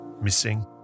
Missing